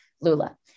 Lula